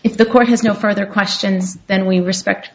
if the court has no further questions than we respect